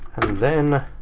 then,